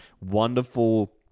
wonderful